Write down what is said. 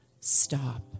stop